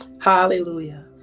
Hallelujah